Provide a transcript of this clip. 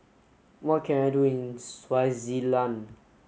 what can I do in Swaziland